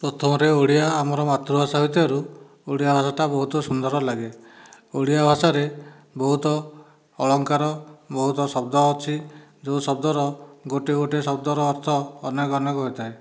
ପ୍ରଥମରେ ଓଡ଼ିଆ ଆମର ମାତୃଭାଷା ହୋଇଥିବାରୁ ଓଡ଼ିଆ ଭାଷାଟା ବହୁତ ସୁନ୍ଦର ଲାଗେ ଓଡ଼ିଆ ଭାଷାରେ ବହୁତ ଅଳଙ୍କାର ବହୁତ ଶବ୍ଦ ଅଛି ଯେଉଁ ଶବ୍ଦର ଗୋଟିଏ ଗୋଟିଏ ଶବ୍ଦର ଅର୍ଥ ଅନେକ ଅନେକ ହୋଇଥାଏ